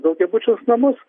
daugiabučius namus